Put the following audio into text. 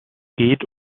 geht